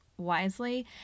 wisely